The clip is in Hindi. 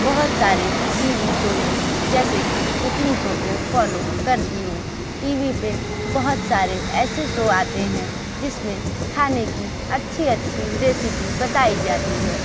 बहुत सारे टी वी शो में जैसे की कुकिंग शो को फॉलो करती हूँ टी वी पर बहुत सारे ऐसे शो आते हैं जिसमें खाने की अच्छी अच्छी रेसिपी बताई जाती है